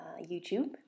YouTube